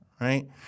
right